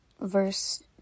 verse